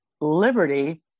liberty